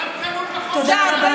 זה הרבה יותר